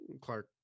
clark